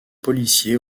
policier